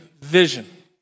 vision